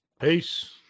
Peace